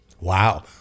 Wow